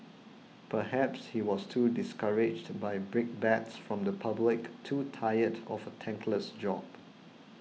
perhaps he was too discouraged by brickbats from the public too tired of a thankless job